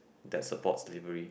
that supports slavery